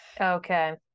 okay